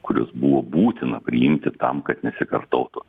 kuriuos buvo būtina priimti tam kad nesikartotų